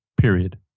period